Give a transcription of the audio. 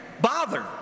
bother